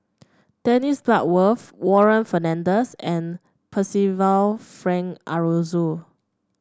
Dennis Bloodworth Warren Fernandez and Percival Frank Aroozoo